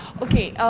okay,